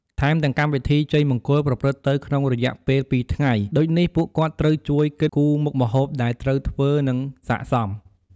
ថែមទាំងកម្មវិធីជ័យមង្គលប្រព្រឹត្តទៅក្នុងរយៈពេលពីរថ្ងៃ ដូចនេះពួកគាត់ត្រូវជួយគិតគូមុខម្ហូបដែលត្រូវធ្វើនិងសិក្កសម។